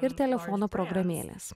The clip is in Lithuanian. ir telefono programėlės